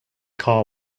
car